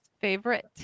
favorite